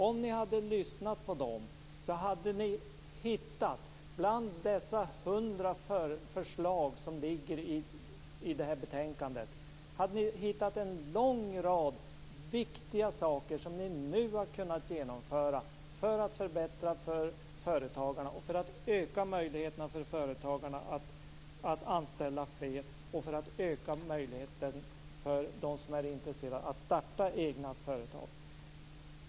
Om ni hade lyssnat på dem hade ni bland dessa 100 förslag som finns i detta betänkande hittat en lång rad viktiga saker som ni nu hade kunnat genomföra för att förbättra för företagarna och för att öka möjligheterna för företagarna att anställa fler och för att öka möjligheterna för dem som är intresserade av att starta egna företag.